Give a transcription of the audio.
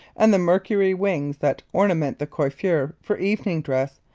and the mercury wings that ornament the coiffure for evening dress,